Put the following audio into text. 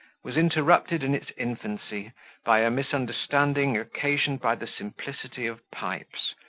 was interrupted in its infancy by a misunderstanding occasioned by the simplicity of pipes,